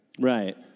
Right